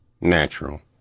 Natural